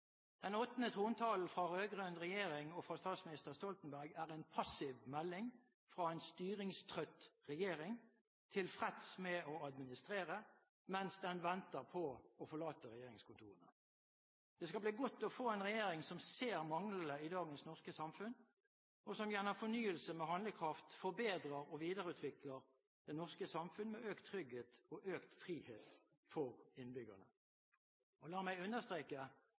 Den åttende trontalen fra rød-grønn regjering og fra statsminister Stoltenberg er en passiv melding fra en styringstrøtt regjering, tilfreds med å administrere mens den venter på å forlate regjeringskontorene. Det skal bli godt å få en regjering som ser manglene i dagens norske samfunn, og som gjennom fornyelse med handlekraft forbedrer og videreutvikler det norske samfunn, med økt trygghet og økt frihet for innbyggerne. Og la meg understreke: